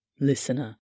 listener